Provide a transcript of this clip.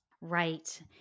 Right